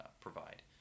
provide